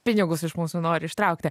pinigus iš mūsų nori ištraukti